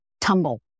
tumble